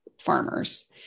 farmers